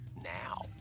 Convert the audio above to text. now